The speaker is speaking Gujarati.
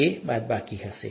તે બાદબાકી હશે